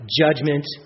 judgment